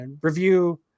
Review